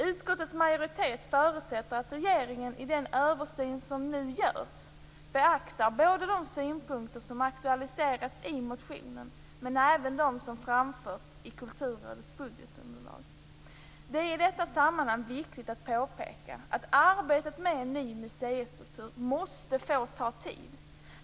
Utskottets majoritet förutsätter att regeringen i den översyn som nu görs beaktar både de synpunkter som aktualiseras i motionen och dem som framförs i Kulturrådets budgetunderlag. Det är i detta sammanhang viktigt att påpeka att arbetet med en ny museikultur måste få ta tid.